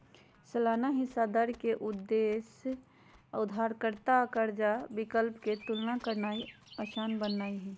सालाना हिस्सा दर के उद्देश्य उधारदाता आ कर्जा विकल्प के तुलना करनाइ असान बनेनाइ हइ